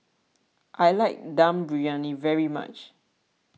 I like Dum Briyani very much